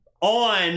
on